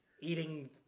eating